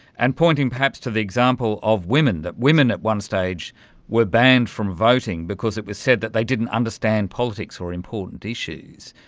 and pointing perhaps to the example of women, that women at one stage were banned from voting because it was said that they didn't understand politics or important issues.